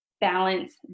balance